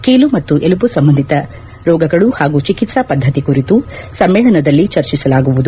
ಕೀಲು ಮತ್ತು ಎಲುಬು ಸಂಬಂಧಿತ ರೋಗಗಳು ಮತ್ತು ಚಿಕಿತ್ಸಾ ಪದ್ದತಿ ಕುರಿತು ಸಮ್ಮೇಳನದಲ್ಲಿ ಚರ್ಚೆಸಲಾಗುವುದು